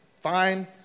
fine